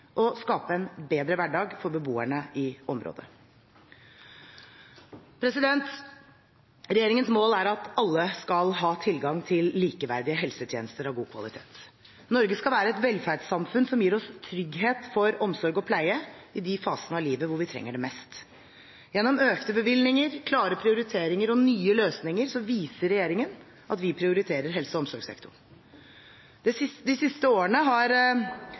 og skape en bedre hverdag for beboerne i området. Regjeringens mål er at alle skal ha tilgang til likeverdige helsetjenester av god kvalitet. Norge skal være et velferdssamfunn som gir oss trygghet for omsorg og pleie i de fasene av livet hvor vi trenger det mest. Gjennom økte bevilgninger, klare prioriteringer og nye løsninger viser Regjeringen at vi prioriterer helse- og omsorgssektoren. De siste årene har